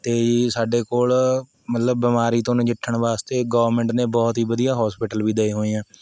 ਅਤੇ ਸਾਡੇ ਕੋਲ਼ ਮਤਲਬ ਬੀਮਾਰੀ ਤੋਂ ਨਜਿੱਠਣ ਵਾਸਤੇ ਗੌਰਮਿੰਟ ਨੇ ਬਹੁਤ ਹੀ ਵਧੀਆ ਹੋਸਪੀਟਲ ਵੀ ਦਏ ਹੋਏ ਆਂ